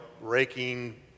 raking